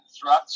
throughout